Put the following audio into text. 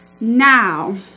Now